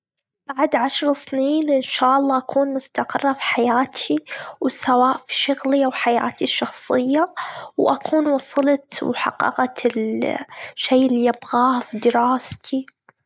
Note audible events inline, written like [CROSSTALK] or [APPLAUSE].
[NOISE] بعد عشر سنين إن شا لله أكون مستقرة بحياتي وسواء بشغلي أو حياتي الشخصية، وأكون وصلت وحققت ال [HESITATION] الشي اللي أبغاه في دراستي.